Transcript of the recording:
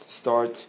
start